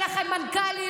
אין לכם מנכ"ליות.